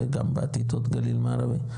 וגם בעתיד עוד גליל מערבי?